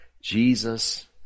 Jesus